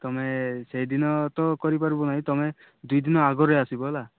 ତମେ ସେଇଦିନ ତ କରିପାରିବୁ ନାହିଁ ତମେ ଦୁଇଦିନ ଆଗରୁ ଆସିବ ହେଲା